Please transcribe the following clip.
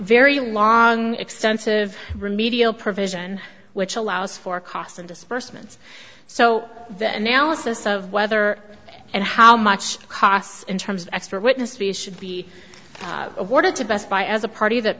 very long extensive remedial provision which allows for cost of disbursements so the analysis of whether and how much it costs in terms of expert witness we should be awarded to best buy as a party that